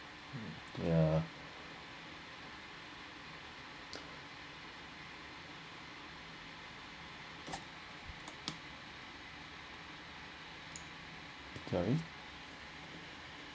yeah sorry